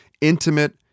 intimate